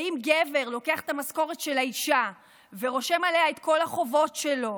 ואם גבר לוקח את המשכורת של האישה ורושם עליה את כל החובות שלו